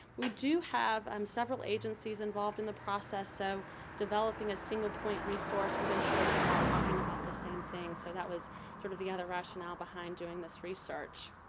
we do have um several agencies involved in the process, so developing a single point resource would insure that we're all talking about the same thing. so, that was sort of the other rationale behind doing this research.